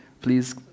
Please